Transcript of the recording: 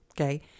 Okay